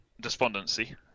despondency